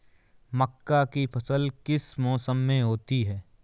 मक्का की फसल किस मौसम में होती है?